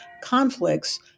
conflicts